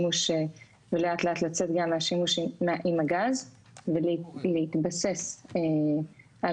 ולאט לאט לצאת גם מהשימוש עם הגז ולהתבסס על